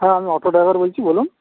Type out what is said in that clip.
হ্যাঁ আমি auto driver বলছি বলুন